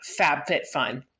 FabFitFun